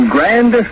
Grand